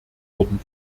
wurden